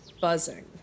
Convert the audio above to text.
buzzing